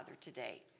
today